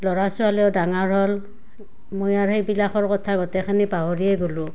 ল'ৰা ছোৱালীও ডাঙৰ হ'ল মই আৰু সেইবিলাকৰ কথা গোটেইখিনি পাহৰিয়ে গ'লোঁ